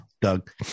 Doug